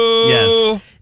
Yes